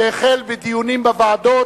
שהחל בדיונים בוועדות,